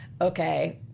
okay